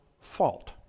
fault